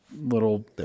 little